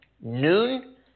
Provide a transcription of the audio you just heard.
noon